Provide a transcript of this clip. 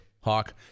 Hawk